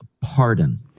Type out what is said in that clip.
pardon